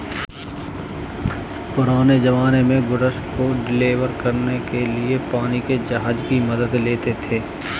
पुराने ज़माने में गुड्स को डिलीवर करने के लिए पानी के जहाज की मदद लेते थे